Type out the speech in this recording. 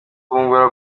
bafungura